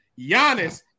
Giannis